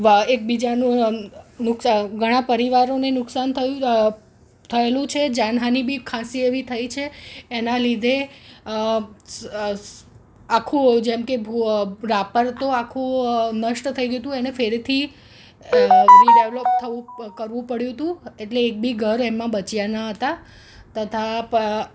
એકબીજાનું નુક્સા ઘણાં પરિવારોને નુકસાન થયું થયેલું છે જાનહાનિ બી ખાસી એવી થઈ છે એના લીધે આખું જેમ કે ભુઅ રાપર તો આખું નષ્ટ થઈ ગયું હતું તેને ફરીથી રિડેવલપ થવું કરવું પડ્યું હતું એટલે એક બી ઘર એમાં બચ્યાં નહોતા તથા